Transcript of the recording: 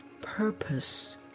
purpose